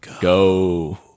go